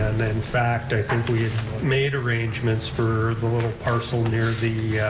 and in fact, i think we made arrangements for the little parcel near the